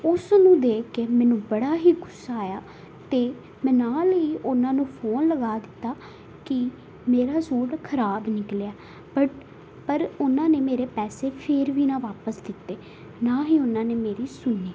ਉਸ ਨੂੰ ਦੇਖ ਕੇ ਮੈਨੂੰ ਬੜਾ ਹੀ ਗੁੱਸਾ ਆਇਆ ਅਤੇ ਮੈਂ ਨਾਲ ਹੀ ਉਹਨਾਂ ਨੂੰ ਫੋਨ ਲਗਾ ਦਿੱਤਾ ਕਿ ਮੇਰਾ ਸੂਟ ਖ਼ਰਾਬ ਨਿਕਲਿਆ ਬੱਟ ਪਰ ਉਨ੍ਹਾਂ ਨੇ ਮੇਰੇ ਪੈਸੇ ਫਿਰ ਵੀ ਨਾ ਵਾਪਸ ਦਿੱਤੇ ਨਾ ਹੀ ਉਨ੍ਹਾਂ ਨੇ ਮੇਰੀ ਸੁਣੀ